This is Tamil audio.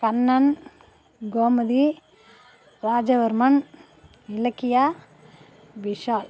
கண்ணன் கோமதி ராஜவர்மன் இலக்கியா விஷால்